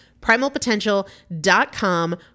Primalpotential.com